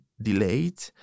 delayed